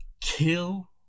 Kill